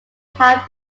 have